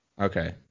Okay